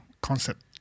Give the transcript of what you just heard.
concept